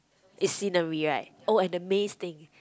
it's scenery right all amaze thing